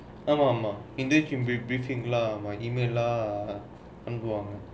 ஆமா மா:aamaa maa in case they briefing lah my email lah வாங்குவாங்கே:vaangguvaangga